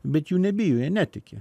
bet jų nebijo jie netiki